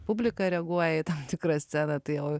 publika reaguoja į tą tikrą sceną tai o